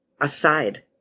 aside